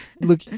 look